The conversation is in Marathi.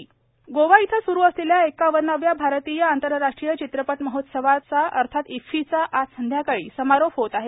इफ्फीचा समारोप गोवा इथं स्रु असलेल्या एक्कावन्नाव्या भारतीय आंतरराष्ट्रीय चित्रपट महोत्सवाचा अर्थात इफ्फीचा आज संध्याकाळी समारोप होत आहे